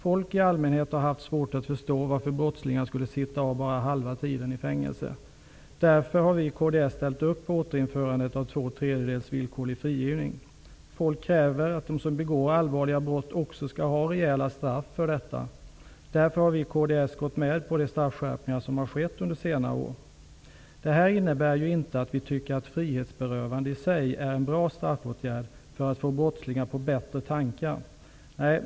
Folk i allmänhet har haft svårt att förstå varför brottslingar bara sitter av halva strafftiden i fängelsena. Därför har vi i kds ställt oss bakom återinförandet av två tredjedels villkorlig frigivning. Folk kräver att de som begår allvarliga brott också skall få rejäla straff. Därför har vi i kds gått med på de straffskärpningar som under senare år har skett. Det innebär inte att vi tycker att frihetsberövandet i sig är en bra straffåtgärd för att få brottslingar på bättre tankar.